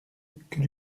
que